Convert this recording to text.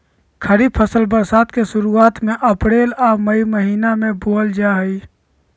खरीफ फसल बरसात के शुरुआत में अप्रैल आ मई महीना में बोअल जा हइ